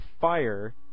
fire